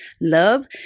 love